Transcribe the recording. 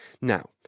Now